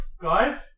Guys